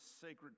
sacred